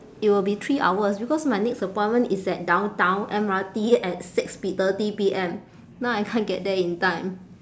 it will be three hours because my next appointment is at downtown M_R_T at six P thirty P_M now I can't get there in time